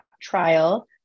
trial